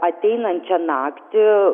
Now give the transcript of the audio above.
ateinančią naktį